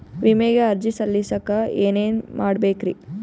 ವಿಮೆಗೆ ಅರ್ಜಿ ಸಲ್ಲಿಸಕ ಏನೇನ್ ಮಾಡ್ಬೇಕ್ರಿ?